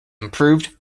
improved